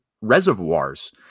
reservoirs